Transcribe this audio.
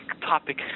topic